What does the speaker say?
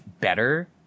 better